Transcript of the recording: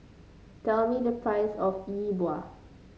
tell me the price of Yi Bua